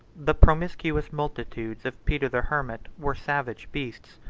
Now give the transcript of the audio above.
the promiscuous multitudes of peter the hermit were savage beasts,